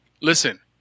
Listen